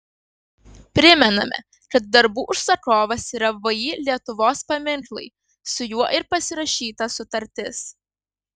primename kad darbų užsakovas yra vį lietuvos paminklai su juo ir pasirašyta sutartis